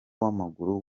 w’amaguru